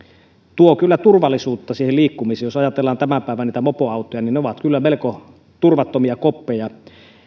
tuo kyllä turvallisuutta siihen liikkumiseen jos ajatellaan tämän päivän mopoautoja niin ne ovat kyllä melko turvattomia koppeja